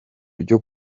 ryo